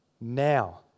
Now